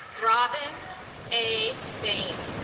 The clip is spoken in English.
robin a bain